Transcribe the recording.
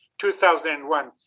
2001